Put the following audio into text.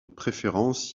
préférence